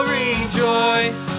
rejoice